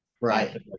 Right